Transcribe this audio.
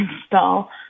install